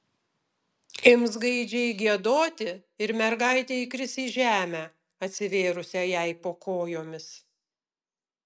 ims gaidžiai giedoti ir mergaitė įkris į žemę atsivėrusią jai po kojomis